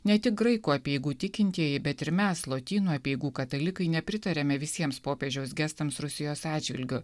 ne tik graikų apeigų tikintieji bet ir mes lotynų apeigų katalikai nepritariame visiems popiežiaus gestams rusijos atžvilgiu